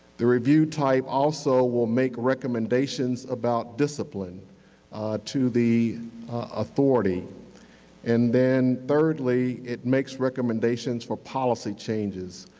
the review type also will make recommendations about discipline to the authority and then thirdly it makes recommendations for policy changes.